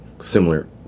similar